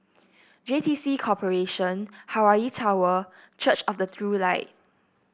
J T C Corporation Hawaii Tower Church of the True Light